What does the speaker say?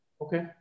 okay